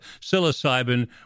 psilocybin